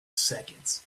seconds